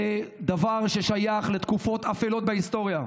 זה דבר ששייך לתקופות אפלות בהיסטוריה,